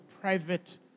private